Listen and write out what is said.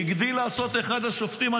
הגדיל לעשות אחד השופטים,